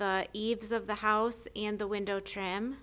the eaves of the house and the window tr